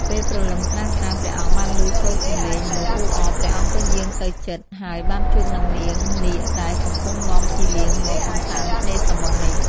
ពេលព្រលឹមស្រាងៗ ព្រះអង្គបានឮសូរសំឡេងមនុស្សអ៊ូអរ ព្រះអង្គក៏យាងទៅជិត ហើយបានជួបនឹងនាងនាគដែលកំពុងនាំភីលៀងមក កម្សាន្តឆ្នេរសមុទ្រនេះ។